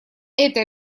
это